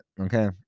okay